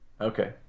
Okay